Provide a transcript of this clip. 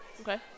Okay